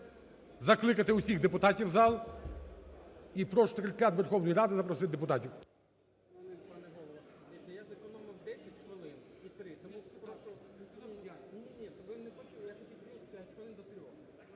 закликати усіх депутатів в зал. І прошу Секретаріат Верховної Ради запросити депутатів.